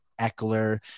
Eckler